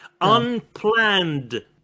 unplanned